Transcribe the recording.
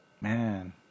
man